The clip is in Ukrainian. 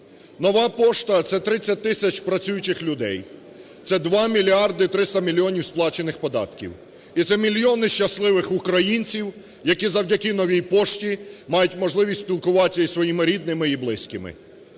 "Нова пошта" – це 30 тисяч працюючих людей, це 2 мільярди 300 мільйонів сплачених податків і це мільйони щасливих українців, які завдяки "Новій пошті" мають можливість спілкуватися із своїми рідними і близькими.